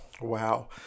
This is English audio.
Wow